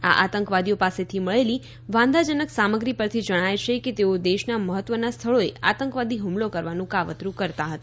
આ આતંકવાદીઓ પાસેથી મળેલી વાંધાજનક સામગ્રી પરથી જણાય છે કે તેઓ દેશના મહત્ત્વના સ્થળોએ આતંકવાદી હુમલો કરવાનું કાવતરું કરતા હતા